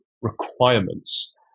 requirements